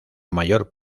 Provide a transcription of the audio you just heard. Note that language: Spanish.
mayor